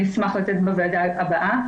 אני אשמח לתת לוועדה הבאה.